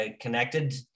connected